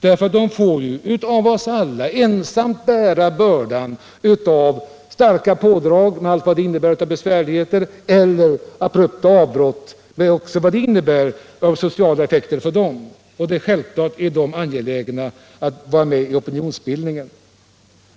De får ju ensamma bära bördan av starka pådrag, med allt vad det innebär av besvärligheter eller abrupta avrott och vad också det innebär av sociala effekter för dem. Självfallet är de angelägna om att vara med i opinionsbildningen.